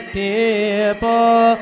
people